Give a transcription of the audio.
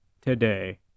today